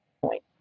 point